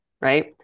right